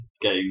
game